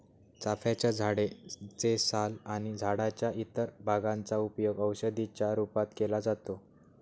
चाफ्याच्या झाडे चे साल आणि झाडाच्या इतर भागांचा उपयोग औषधी च्या रूपात केला जातो